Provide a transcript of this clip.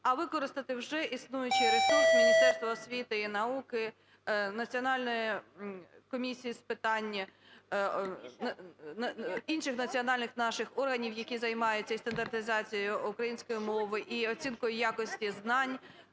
а використати вже існуючий ресурс Міністерства освіти і науки, національної комісії з питань… інших національних наших органів, які займаються і стандартизацією української мови, і оцінкою якості знань.